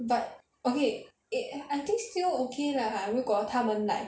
but okay it I think still okay lah 如果他们 like